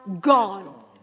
gone